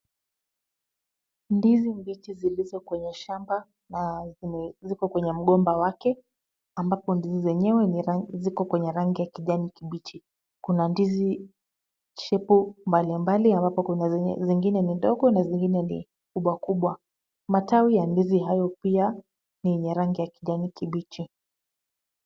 Ndizi mbichi zilizo kwenye shamba na ziko kwenye mgomba wake. Ambapo ndizi zenyewe ni ziko kwenye rangi ya kijani kibichi. Kuna ndizi shepu mbalimbali ambapo kuna zingine ni ndogo na zingine ni kubwa kubwa. Matawi ya ndizi hayo pia ni rangi ya kijani kibichi.